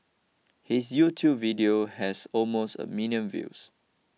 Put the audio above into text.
his YouTube video has almost a million views